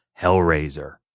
Hellraiser